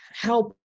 help